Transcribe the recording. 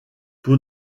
pour